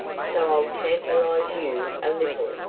so i'll tantalize you a little.